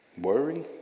Worry